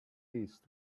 least